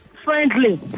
friendly